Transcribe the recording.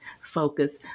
focus